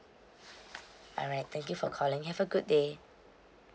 alright thank you for calling have a good day